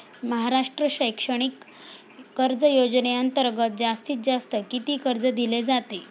महाराष्ट्र शैक्षणिक कर्ज योजनेअंतर्गत जास्तीत जास्त किती कर्ज दिले जाते?